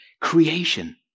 creation